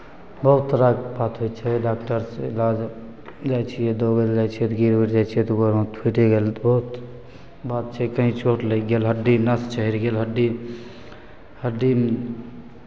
बहुत तरहके बात होइ छै डॉक्टरसँ इलाज जाइ छियै दौड़य लए जाइ छियै तऽ गिर उर जाइ छियै तऽ गोड़ हाथ फुटि गेल तऽ बहुत बात छै कहीँ चोट लागि गेल हड्डी नस चढ़ि गेल हड्डी हड्डी